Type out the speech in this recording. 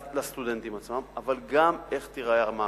לסטודנטים עצמם, אבל גם איך תיראה המערכת,